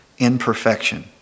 imperfection